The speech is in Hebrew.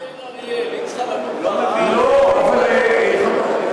האישה של מאיר אריאל,